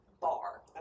bar